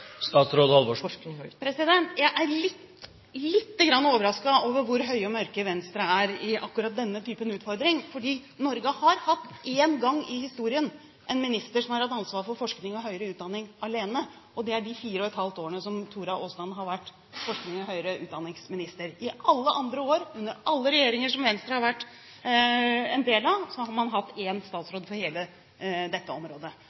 Jeg er lite grann overrasket over hvor høye og mørke Venstre er i akkurat denne typen utfordring, for Norge har én gang i historien hatt en minister som har hatt ansvar for forskning og høyere utdanning alene, og det er i de fire og et halvt år som Tora Aasland har vært forsknings- og høyere utdanningsminister. I alle andre år, under alle regjeringer som Venstre har vært en del av, har man hatt en statsråd for hele dette området.